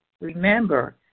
Remember